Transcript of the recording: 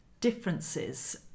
differences